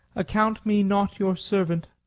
account me not your servant.